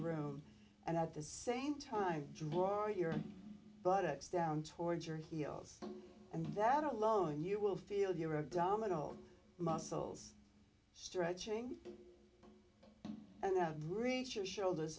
room and at the same time draw your buttocks down towards your heels and that alone you will feel your abdominal muscles stretching and then reach your shoulders